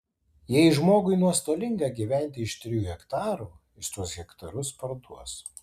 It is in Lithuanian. jei žmogui nuostolinga gyventi iš trijų hektarų jis tuos hektarus parduos